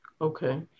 Okay